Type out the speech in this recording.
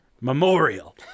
Memorial